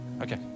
Okay